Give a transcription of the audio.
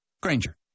Granger